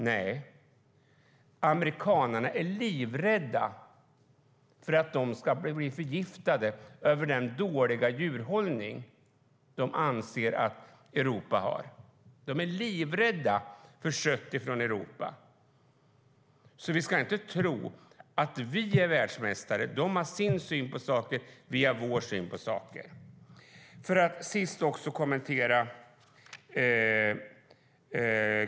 Nej, amerikanerna är livrädda för att de ska bli förgiftade på grund av den dåliga djurhållning som de anser att Europa har. De är livrädda för kött från Europa. Vi ska därför inte tro att vi är världsmästare. De har sin syn på saker, och vi har vår syn på saker.